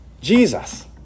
Jesus